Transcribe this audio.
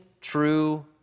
true